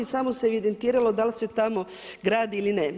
Samo se evidentiralo da li se tamo gradi ili ne.